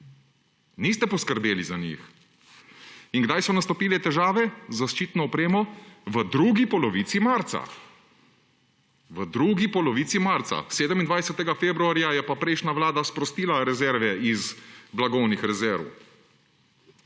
Niste poskrbeli za njih. In kdaj so nastopile težave z zaščitno opremo? V drugi polovici marca. V drugi polovici marca! 27. februarja je pa prejšnja vlada sprostila rezerve iz blagovnih rezerv.